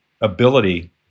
ability